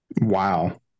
Wow